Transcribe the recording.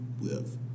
live